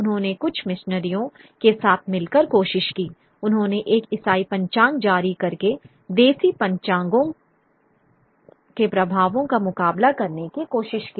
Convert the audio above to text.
उन्होंने कुछ मिशनरियों के साथ मिलकर कोशिश की उन्होंने एक ईसाई पंचांग जारी करके देशी पंचांगों के प्रभाव का मुकाबला करने की कोशिश की